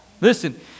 Listen